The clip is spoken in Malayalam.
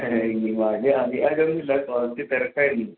ഇനി വളരെ അധിക കാലമൊന്നുമില്ല കുറച്ച് തിരക്കായിരുന്നു